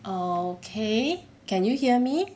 okay can you hear me